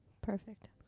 Perfect